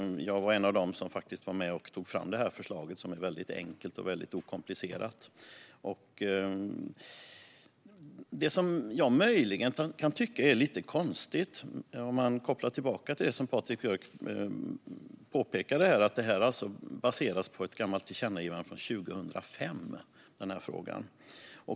Jag var en av dem som faktiskt var med och tog fram detta förslag som är mycket enkelt och mycket okomplicerat. Det är en sak som jag möjligen kan tycka är lite konstigt, om jag kopplar tillbaka till det som Patrik Björck här påpekade om att denna fråga baseras på ett tillkännagivande från 2005.